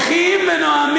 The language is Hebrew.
בוא נירגע.